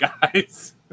guys